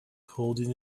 holding